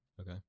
Okay